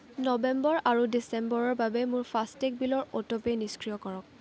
নৱেম্বৰ আৰু ডিচেম্বৰৰ বাবে মোৰ ফাষ্টেগ বিলৰ অটো পে' নিষ্ক্ৰিয় কৰক